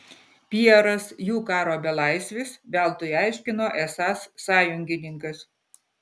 pjeras jų karo belaisvis veltui aiškino esąs sąjungininkas